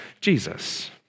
Jesus